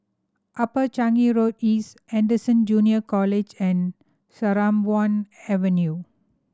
Upper Changi Road East Anderson Junior College and Sarimbun Avenue